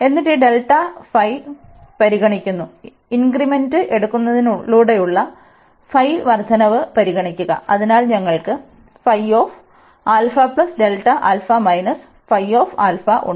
എന്നിട്ട് ഈ ഇൻക്രിമെന്റ് എടുക്കുന്നതിലൂടെയുള്ള വർദ്ധനവ് പരിഗണിക്കുക അതിനാൽ ഞങ്ങൾക്ക് ഉണ്ട്